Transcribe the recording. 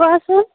কোৱাচোন